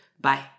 Bye